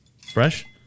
fresh